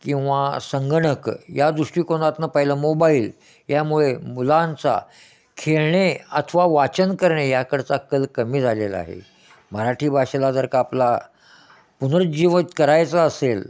किंवा संगणक या दृष्टिकोनातून पहिलं मोबाईल यामुळे मुलांचा खेळणे अथवा वाचन करणे याकडचा कल कमी झालेला आहे मराठी भाषेला जर का आपला पुनर्जीवित करायचं असेल